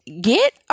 get